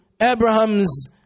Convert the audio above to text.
Abraham's